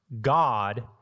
God